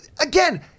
again